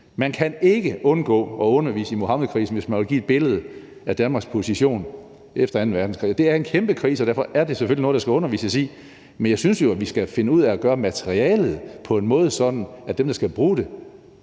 Man kan ikke undgå at undervise i Muhammedkrisen, hvis man vil give et billede af Danmarks position efter anden verdenskrig. Det er en kæmpe krise, og derfor er det selvfølgelig noget, der skal undervises i. Men jeg synes jo, at vi skal finde ud af at gøre det på en måde, sådan at dem, der skal bruge